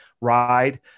ride